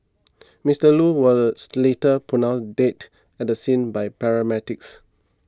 Mister Loo was later pronounced dead at the scene by paramedics